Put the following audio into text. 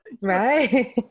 Right